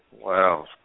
Wow